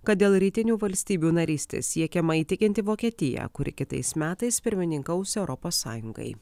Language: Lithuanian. kad dėl rytinių valstybių narystės siekiama įtikinti vokietiją kuri kitais metais pirmininkaus europos sąjungai